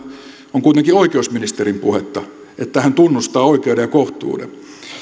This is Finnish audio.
on kuitenkin oikeusministerin puhetta että hän tunnustaa oikeuden ja kohtuuden